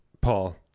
Paul